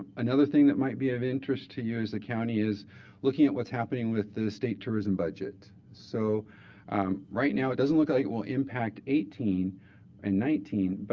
another thing that might be of interest to you as the county is looking at what's happening with the state tourism budget. so right now it doesn't look like it will impact eighteen and nineteen, but